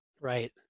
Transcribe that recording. right